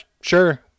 sure